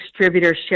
distributorship